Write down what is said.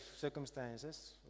circumstances